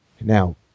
Now